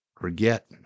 forget